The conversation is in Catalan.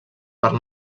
parc